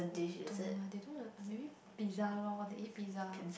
don't know they don't maybe pizza loh they eat pizza